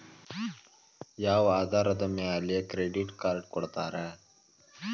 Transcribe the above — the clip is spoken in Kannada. ಯಾವ ಆಧಾರದ ಮ್ಯಾಲೆ ಕ್ರೆಡಿಟ್ ಕಾರ್ಡ್ ಕೊಡ್ತಾರ?